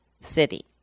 city